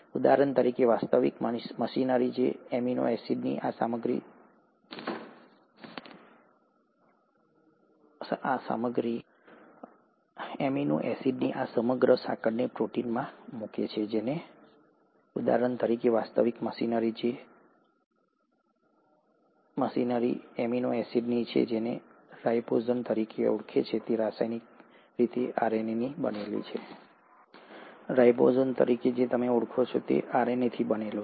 ઉદાહરણ તરીકે વાસ્તવિક મશીનરી જે એમિનો એસિડની આ સમગ્ર સાંકળને પ્રોટીનમાં મૂકે છે જેને તમે રાઈબોઝોમ તરીકે ઓળખો છો તે રાસાયણિક રીતે આરએનએથી બનેલું છે